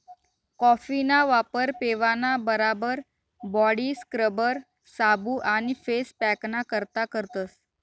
कॉफीना वापर पेवाना बराबर बॉडी स्क्रबर, साबू आणि फेस पॅकना करता करतस